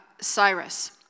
Cyrus